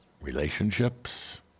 Relationships